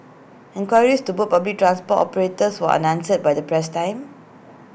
inqueries to put public transport operators were unanswered by the press time